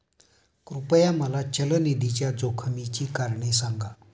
कृपया मला चल निधीच्या जोखमीची कारणे सांगा